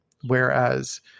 Whereas